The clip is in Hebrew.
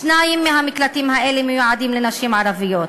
שניים מהמקלטים האלה מיועדים לנשים ערביות,